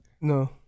No